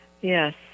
Yes